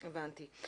הבנתי.